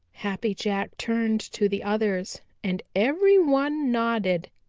happy jack turned to the others and every one nodded,